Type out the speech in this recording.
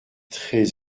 très